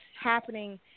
happening